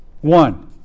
One